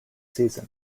season